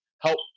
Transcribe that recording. help